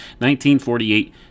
1948